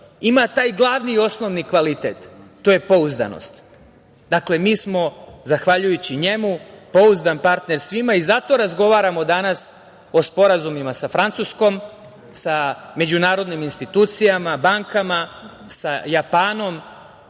ima taj glavni i osnovni kvalitet, a to je pouzdanost. Dakle, mi smo zahvaljujući njemu, pouzdan partner svima i zato razgovaramo danas o sporazumima sa Francuskom, sa međunarodnim institucijama, bankama, sa Japanom